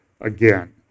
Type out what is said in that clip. Again